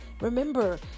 remember